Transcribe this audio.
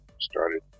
started